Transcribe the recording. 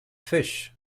fish